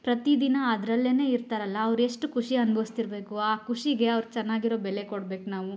ಪ್ರತಿದಿನ ಅದರಲ್ಲೇನೆ ಇರ್ತಾರಲ್ಲ ಅವ್ರು ಎಷ್ಟು ಖುಷಿ ಅನುಭವಿಸ್ತಿರ್ಬೇಕು ಆ ಖುಷಿಗೆ ಅವ್ರು ಚೆನ್ನಾಗಿರೋ ಬೆಲೆ ಕೊಡ್ಬೇಕು ನಾವು